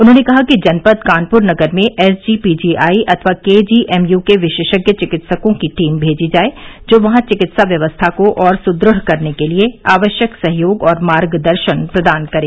उन्होंने कहा कि जनपद कानपुर नगर में एसजीपीजीआई अथवा केजीएमयू के विशेषज्ञ चिकित्सकों की टीम भेजी जाए जो वहां चिकित्सा व्यवस्था को और सुदृढ़ करने के लिए आवश्यक सहयोग और मार्गदर्शन प्रदान करे